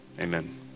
amen